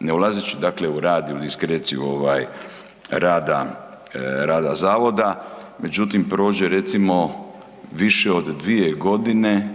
ne ulazeći dakle u rad i u diskreciju rada zavoda, međutim prođe recimo više od 2 g.